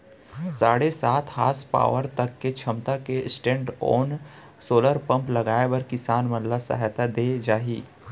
साढ़े सात हासपावर तक के छमता के स्टैंडओन सोलर पंप लगाए बर किसान मन ल सहायता दे जाही